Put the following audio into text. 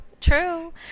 True